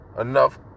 enough